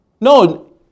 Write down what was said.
No